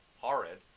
horrid